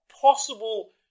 possible